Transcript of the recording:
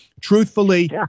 Truthfully